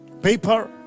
Paper